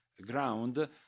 ground